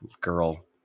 girl